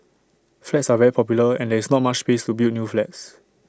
flats are very popular and there is not much space to build new flats